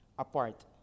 apart